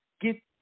get